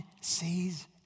sees